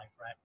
right